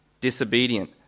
disobedient